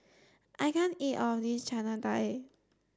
I can't eat all of this Chana Dal